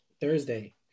Thursday